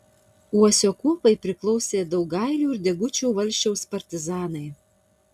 uosio kuopai priklausė daugailių ir degučių valsčiaus partizanai